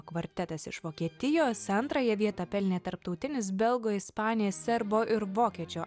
kvartetas iš vokietijos antrąją vietą pelnė tarptautinis belgo ispanės serbo ir vokiečio